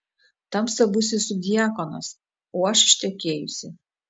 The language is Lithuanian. tamsta būsi subdiakonas o aš ištekėjusi